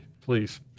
please